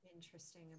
interesting